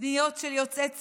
פניות של יוצאי סיירות,